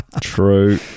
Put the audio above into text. True